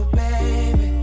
baby